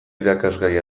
irakasgai